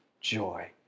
joy